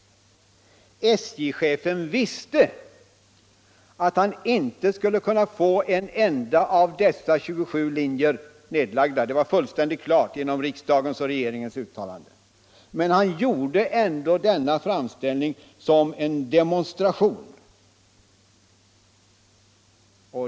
SJ-chefen visste att han inte skulle kunna få en enda av dessa 27 linjer nedlagd — det var fullständigt klart genom riksdagens och regeringens uttalanden. Men han gjorde ändå denna framställning som en demonstration.